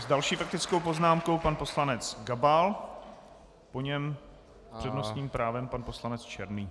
S další faktickou poznámkou pan poslanec Gabal, po něm s přednostním právem pan poslanec Černý.